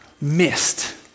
missed